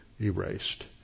erased